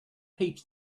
heaps